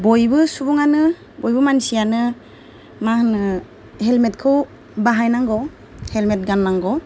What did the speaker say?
बयबो सुबुङानो बयबो मानसियानो मा होनो हेलमेटखौ बाहायनांगौ हेलमेट गाननांगौ